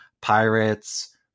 Pirates